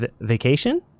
vacation